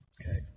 Okay